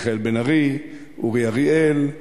מיכאל בן-ארי, אורי אריאל,